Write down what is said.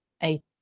eight